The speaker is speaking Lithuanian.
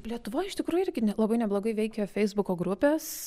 lietuvoj iš tikrųjų irgi ne labai neblogai veikia feisbuko grupės